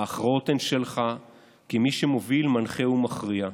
ההכרעות הן שלך כמי שמוביל, מנחה ומכריע,